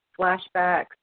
flashbacks